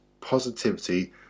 positivity